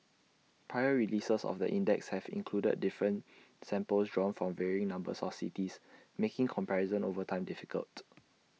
prior releases of the index have included different samples drawn from varying numbers of cities making comparison over time difficult